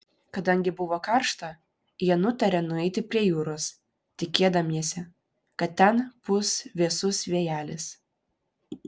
kadangi buvo karšta jie nutarė nueiti prie jūros tikėdamiesi kad ten pūs vėsus vėjelis